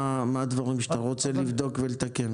מה הדברים שאתה רוצה לבדוק ולתקן.